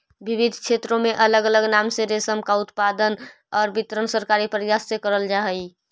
विविध क्षेत्रों में अलग अलग नाम से रेशम का उत्पादन और वितरण सरकारी प्रयास से करल जा हई